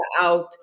out